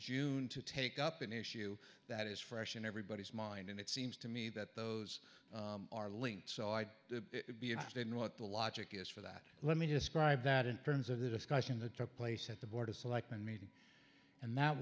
june to take up an issue that is fresh in everybody's mind and it seems to me that those are linked so i would be interested in what the logic is for that let me describe that in terms of the discussion that took place at the board of selectmen meeting and that